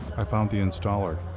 i found the installer.